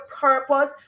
purpose